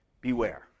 beware